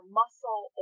muscle